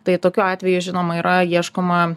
tai tokiu atveju žinoma yra ieškoma